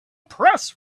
press